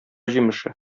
җимеше